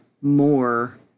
more